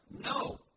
No